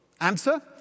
Answer